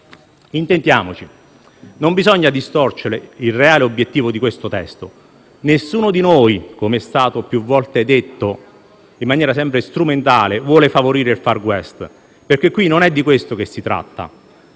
Intendiamoci: non bisogna distorcere il reale obiettivo di questo testo. Nessuno di noi - come è stato più volte detto in maniera sempre strumentale - vuole favorire il *far west*, perché qui non è di questo che si tratta.